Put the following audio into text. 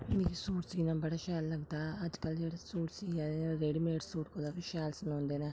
मिगी सूट सीना बड़ा शैल लगदा ऐ अजकल्ल जेह्ड़े सूट सीआ दे रैडीमेड सूट कोला बी शैल सलोंदे न